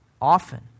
often